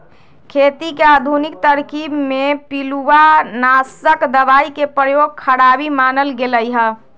खेती के आधुनिक तरकिब में पिलुआनाशक दबाई के प्रयोग खराबी मानल गेलइ ह